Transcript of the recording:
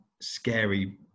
scary